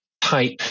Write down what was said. type